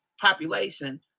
population